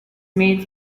made